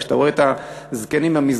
כשאתה רואה את הזקנים במסדרון,